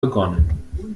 begonnen